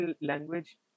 language